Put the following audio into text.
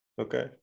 okay